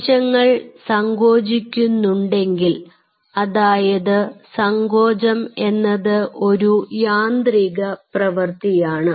കോശങ്ങൾ സങ്കോചിക്കുന്നുണ്ടെങ്കിൽ അതായത് സങ്കോചം എന്നത് ഒരു യാന്ത്രിക പ്രവർത്തിയാണ്